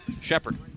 Shepard